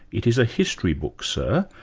it is a history book, sir,